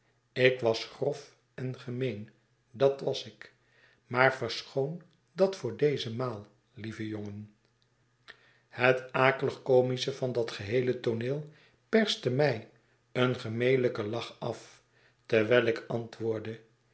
ik was grof en gemeen dat was ik maar verschoon dat voor deze maal lieve jongen het akelig comische van dat geheele tooneel perste mij een gemelijken lach af tewijl ik antwoordde